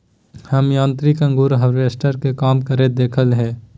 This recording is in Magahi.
हम यांत्रिक अंगूर हार्वेस्टर के काम करते देखलिए हें